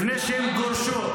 לפני שהם גורשו,